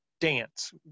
dance